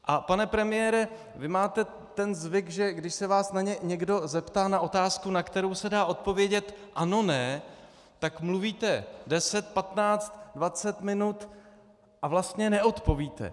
A pane premiére, vy máte ten zvyk, že když se vás někdo zeptá na otázku, na kterou se dá odpovědět anone, tak mluvíte 10, 15, 20 minut a vlastně neodpovíte.